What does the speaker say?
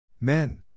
Men